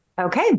Okay